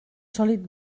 sòlid